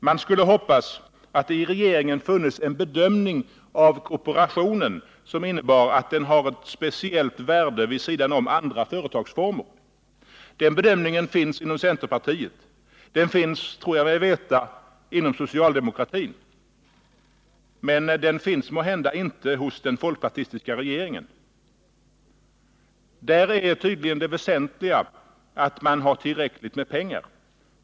Man skulle hoppas att det i regeringen funnes en bedömning av kooperationen, som innebar att den har ett speciellt värde vid sidan om andra företagsformer. Den bedömningen finns inom centerpartiet, den finns — tror jag mig veta — inom socialdemokratin, men den finns måhända inte hos den folkpartistiska regeringen. Där är tydligen det väsentliga att man har tillräckligt med pengar.